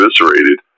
eviscerated